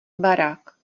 barák